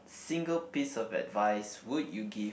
single piece of advice would you give